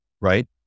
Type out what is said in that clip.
right